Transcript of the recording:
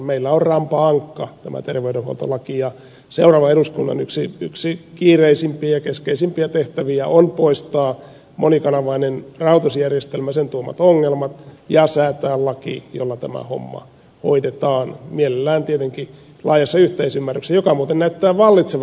meillä on rampa ankka tämä terveydenhuoltolaki ja seuraavan eduskunnan yksi kiireisimpiä ja keskeisimpiä tehtäviä on poistaa monikanavainen rahoitusjärjestelmä sen tuomat ongelmat ja säätää laki jolla tämä homma hoidetaan mielellään tietenkin laajassa yhteisymmärryksessä joka muuten näyttää vallitsevan